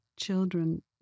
Children